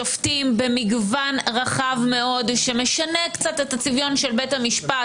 שופטים במגוון רחב מאוד שמשנה קצת את הצביון של בית המשפט